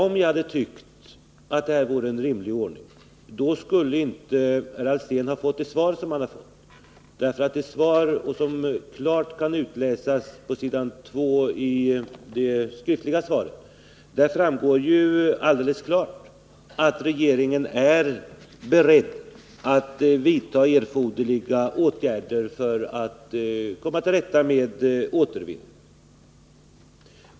Om jag hade tyckt att det här var en rimlig ordning skulle herr Alsén inte ha fått det svar han har fått. Av svaret framgår alldeles klart att regeringen är beredd att vidta erforderliga åtgärder för att komma till rätta med återvinningen.